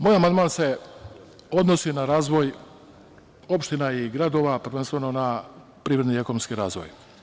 Moj amandman se odnosi na razvoj opština i gradova, prvenstveno na privredni i ekonomski razvoj.